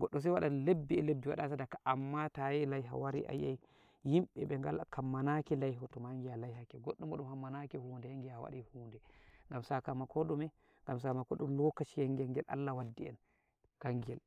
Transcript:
goɗɗo sai waɗa labbi e lebbi wadayi sadaka, amma tayi laiha wari ayi'ai yimbe be ngal kammanaki laihoto ma ngi'a laihake, goɗɗo mo hammanaki huɗe sai ngi'a wadi huɗe, gam sakamako ɗume, gam sakamako ɗum lokashiyel ngengel Allah waddi en kangel.